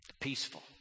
peaceful